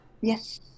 Yes